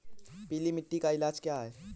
पीली मिट्टी का इलाज क्या है?